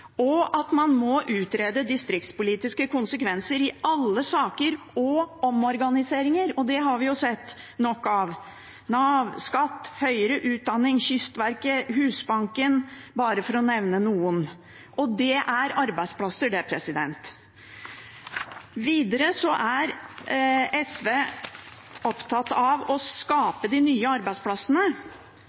og at man må utrede distriktspolitiske konsekvenser i alle saker og omorganiseringer. Og det har vi sett nok av: Nav, skatt, høyere utdanning, Kystverket, Husbanken – bare for å nevne noen. Og det er arbeidsplasser, det! Videre er SV opptatt av å skape de nye arbeidsplassene.